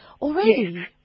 Already